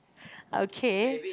okay